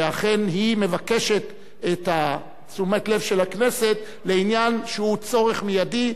שאכן היא מבקשת את תשומת הלב של הכנסת לעניין שהוא צורך מיידי,